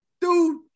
dude